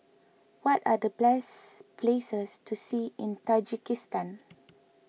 what are the bless places to see in Tajikistan